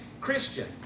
Christian